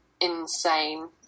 insane